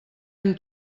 hem